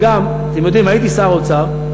וגם, אתם יודעים, הייתי שר האוצר,